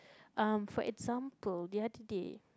uh for example the other day